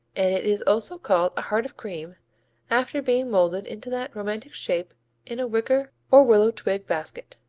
and it is also called a heart of cream after being molded into that romantic shape in a wicker or willow-twig basket.